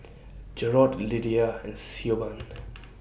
Jerod Lydia and Siobhan